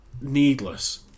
needless